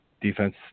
defense